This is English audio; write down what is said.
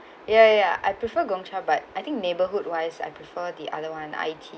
ya ya I prefer Gongcha but I think neighbourhood wise I prefer the other one I_ tea